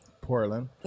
Portland